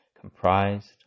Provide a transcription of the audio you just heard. comprised